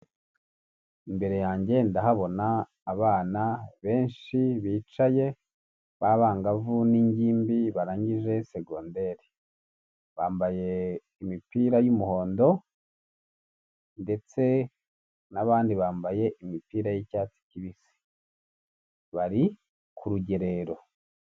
Imbere yanjye ndahabona abana benshi bicaye babangavu n'ingimbi barangije secondaire bambaye imipira y'umuhondo ndetse n'abandi bambaye imipira y'icyatsi kibisi bari ku rugerero .